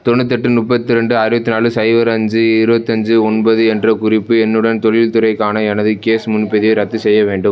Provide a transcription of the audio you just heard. தொண்ணூற்றெட்டு முப்பத்தி ரெண்டு அறுபத்தி நாலு சைபர் அஞ்சு இருபத்தஞ்சி ஒன்பது என்ற குறிப்பு எண்ணுடன் தொழில்துறைக்கான எனது கேஸ் முன்பதிவை ரத்து செய்ய வேண்டும்